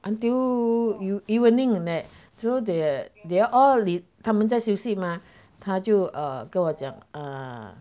until evening like that so they they all 他们在休息吗他就 err 跟我讲 err